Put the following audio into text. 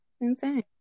insane